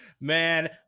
Man